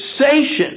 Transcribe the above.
sensation